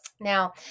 Now